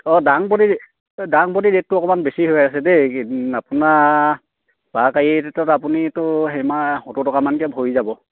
অঁ ডাংবদী ডাংবদী ৰেটটো অকণমান বেছি হৈ আছে দেই এইকেইদিন আপোনাৰ পাইকাৰী ৰেটতত আপুনিতো সিমান সত্তৰ টকামানকৈ ভৰি যাব